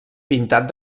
pintat